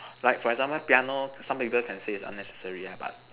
like for example piano some people can say is unnecessary ah but